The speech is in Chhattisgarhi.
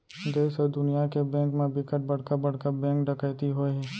देस अउ दुनिया के बेंक म बिकट बड़का बड़का बेंक डकैती होए हे